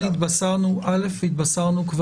התבשרנו,